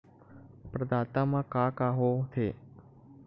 प्रदाता मा का का हो थे?